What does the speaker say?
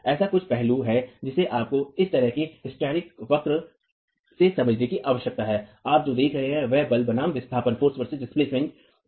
ऐसे कुछ पहलू हैं जिन्हें आपको इस तरह के हिस्टेरेटिक वक्र से समझने की आवश्यकता है आप जो देख रहे हैं वह बल बनाम विस्थापन है